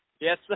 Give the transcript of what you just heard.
Yes